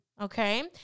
okay